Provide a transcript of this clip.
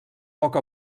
poc